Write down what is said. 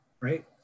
right